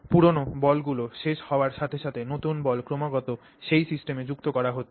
পুরানো বলগুলি শেষ হওয়ার সাথে সাথে নতুন বল ক্রমাগত সেই সিস্টেমে যুক্ত করা হচ্ছে